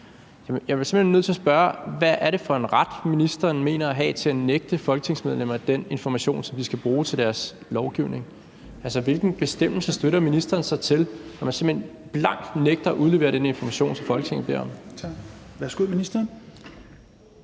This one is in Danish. Hvad er det for en ret, ministeren mener at have til at nægte folketingsmedlemmer den information, som de skal bruge til deres lovgivning? Altså, hvilken bestemmelse støtter ministeren sig til, når man simpelt hen blankt nægter at udlevere den information, som Folketinget beder om?